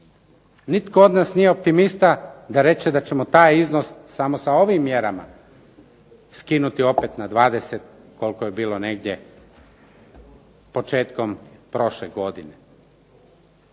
Nitko od nas nije optimista da reče da ćemo taj iznos samo sa ovim mjerama skinuti opet na 20 koliko je bilo negdje početkom prošle godine.